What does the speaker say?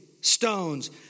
stones